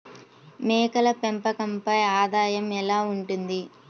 మేకల పెంపకంపై ఆదాయం ఎలా ఉంటుంది?